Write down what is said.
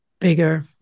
bigger